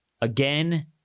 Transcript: again